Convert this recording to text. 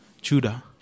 Judah